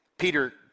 Peter